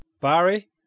Barry